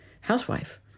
housewife